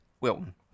Wilton